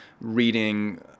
reading